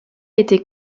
été